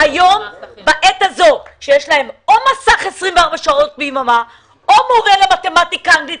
בעת הזו שיש להם או מסך 24 שעות ביממה או מתמטיקה ואנגלית,